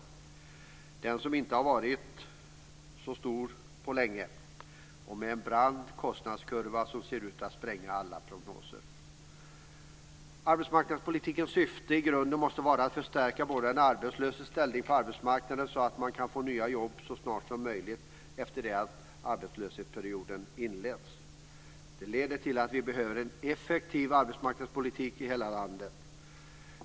Den har inte varit så stor på länge, och den har en brant kostnadskurva som ser ut att spränga alla prognoser. Arbetsmarknadspolitikens syfte måste i grunden vara att förstärka den arbetslöses ställning på arbetsmarknaden så att man kan få nya jobb så snart som möjligt efter det att arbetslöshetsperioden inletts. Det leder till att vi behöver en effektiv arbetsmarknadspolitik i hela landet.